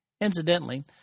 Incidentally